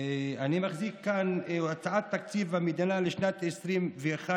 אני מחזיק כאן את הצעת תקציב המדינה לשנת 2022-2021,